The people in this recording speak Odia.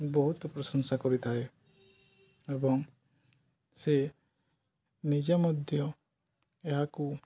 ବହୁତ ପ୍ରଶଂସା କରିଥାଏ ଏବଂ ସେ ନିଜେ ମଧ୍ୟ ଏହାକୁ